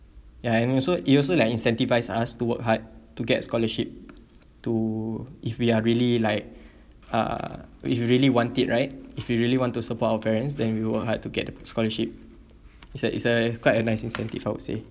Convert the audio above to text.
ya and also it also like incentivise us to work hard to get scholarship to if we are really like uh if we really want it right if we really want to support our parents then we work hard to get the scholarship it's a it's a quite a nice incentive I would say